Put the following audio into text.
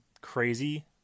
crazy